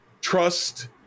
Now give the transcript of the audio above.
trust